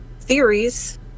theories